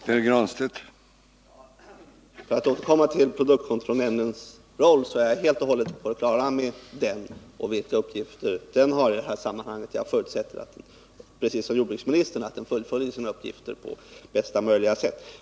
Herr talman! För att återkomma till produktkontrollnämndens roll vill jag säga att jag är helt och hållet på det klara med den. Och jag förutsätter, precis som jordbruksministern, att den fullföljer sina uppgifter på bästa möjliga sätt.